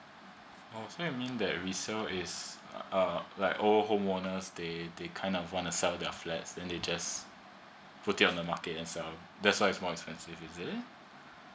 oh so it mean that resale is uh like old home owners they they kind of wanna sell their flats then they just put it in the market and sell that's why it's more expensive is it